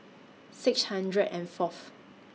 six hundred and Fourth